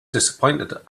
disappointed